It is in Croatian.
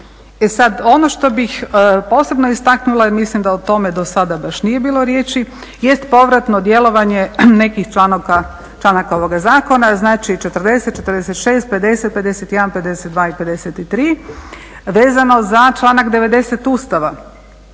sada ono što bih posebno istaknula jer mislim da o tome do sada baš nije bilo riječi jest povratno djelovanje nekih članaka ovih zakona, znači 40., 46., 50., 51., 52. i 53. vezano za članak 90. Ustava